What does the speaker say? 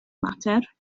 mater